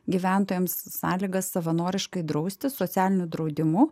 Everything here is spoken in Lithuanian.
gyventojams sąlygas savanoriškai draustis socialiniu draudimu